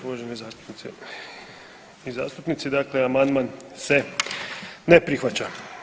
Uvažene zastupnice i zastupnici dakle amandman se ne prihvaća.